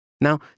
Now